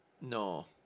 No